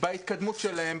בהתקדמות שלהם,